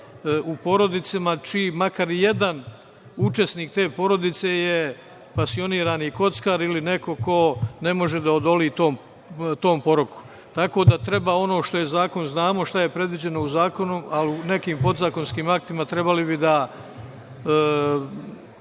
u porodicama čiji makar i jedan učesnik te porodice je pasionirani kockar ili neko ko ne može da odoli tom poroku. Tako da treba ono što je zakon, znamo šta je predviđeno u zakonu, ali u nekim podzakonskim aktima trebalo bi da